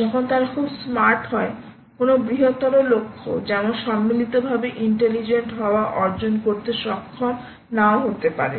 যখন তারা খুব স্মার্ট হয় কোনও বৃহত্তর লক্ষ্য যেমন সম্মিলিতভাবে ইন্টেলিজেন্ট হওয়া অর্জন করতে সক্ষম নাও হতে পারে